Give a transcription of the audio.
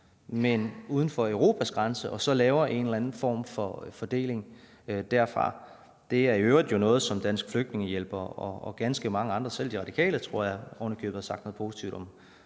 men uden for Europas grænse, og så laver en eller anden form for fordeling derfra. Det er jo i øvrigt en model, som Dansk Flygtningehjælp og ganske mange andre, selv ovenikøbet De Radikale tror jeg, har sagt noget positivt om.